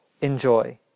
Enjoy